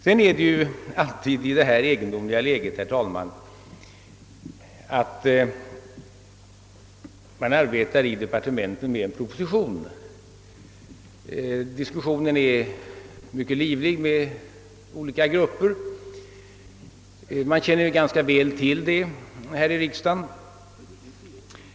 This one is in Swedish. Sedan, herr talman, några ord om det ganska egendomliga läge som är för handen. Vi arbetar i departementet med en proposition och för en mycket livlig diskussion med olika grupper, vilket man känner ganska väl till här i riksdagen.